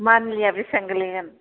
मान्थलिआ बेसेबां गोग्लैगोन